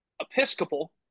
Episcopal